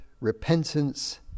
repentance